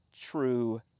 true